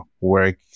work